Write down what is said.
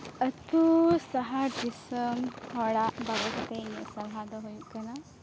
ᱟᱛᱳ ᱥᱟᱦᱟᱨ ᱫᱤᱥᱟᱹᱢ ᱦᱚᱲᱟᱜ ᱵᱟᱵᱚᱫ ᱛᱮ ᱤᱧᱟᱹᱜ ᱥᱟᱞᱦᱟ ᱫᱚ ᱦᱩᱭᱩᱜ ᱠᱟᱱᱟ